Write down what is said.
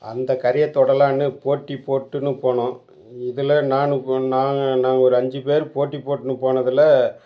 அந்த கரையை தொடலாம்னு போட்டி போட்டுன்னு போனோம் இதில் நான் நாங்கள் நாங்கள் ஒரு அஞ்சு பேர் போட்டி போட்டுன்னு போனதில்